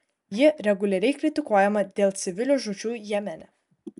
ji reguliariai kritikuojama dėl civilių žūčių jemene